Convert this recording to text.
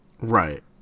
Right